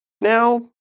now